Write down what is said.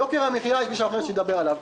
יוקר המחיה יש מישהו אחר שידבר עליו.